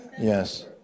Yes